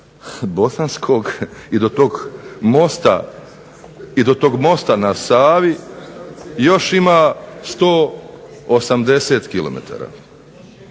Bosanskog i do tog mosta na Savi još ima 180 km.